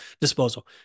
disposal